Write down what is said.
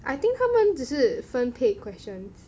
I think 他们只是分配 questions